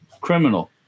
criminal